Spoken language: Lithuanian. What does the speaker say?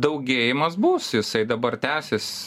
daugėjimas bus jisai dabar tęsias